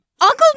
Uncle